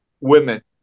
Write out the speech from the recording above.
women